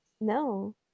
No